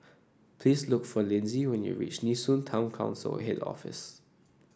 please look for Lynsey when you reach Nee Soon Town Council Head Office